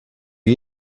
are